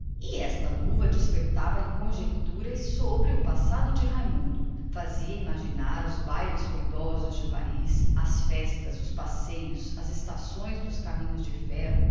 e esta luva arrancava lhe conjeturas sobre o passado de raimundo fazia-lhe imaginar os bailes ruidosos de paris as festas os passeios as estações dos caminhos de ferro